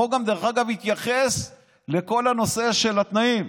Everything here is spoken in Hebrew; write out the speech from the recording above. דרך אגב, החוק גם התייחס לכל הנושא של התנאים.